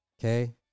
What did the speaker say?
okay